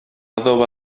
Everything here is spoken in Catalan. adoba